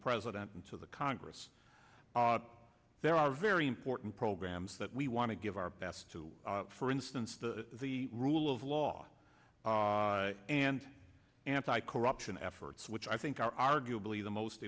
president and to the congress out there are very important programs that we want to give our best to for instance the rule of law and anti corruption efforts which i think are arguably the most